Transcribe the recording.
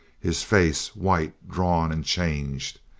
his face white, drawn, and changed.